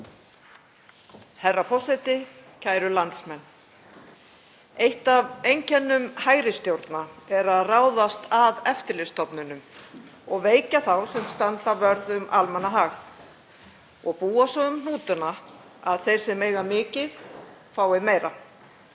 Herra forseti. Kæru landsmenn. Eitt af einkennum hægri stjórna er að ráðast að eftirlitsstofnunum og veikja þá sem standa vörð um almannahag og búa svo um hnútana að þeir sem eiga mikið fái meira.